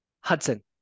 Hudson